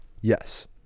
Yes